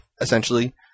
essentially